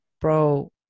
bro